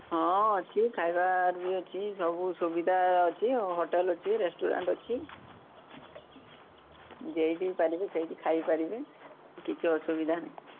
ହଁ ଅଛୁ ଖାଇବାର ବି ଅଛି ସବୁ ସୁବିଧା ଅଛି ହୋଟେଲ୍ ଅଛି ରେଷ୍ଟ୍ରୁରାଣ୍ଟ ଅଛି ଯାଇ ଦେଇ ପାରିବେ ସେଇଠି ଖାଇ ପାରିବେ କିଛି ଅସୁବିଧା ନାହିଁ